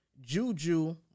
Juju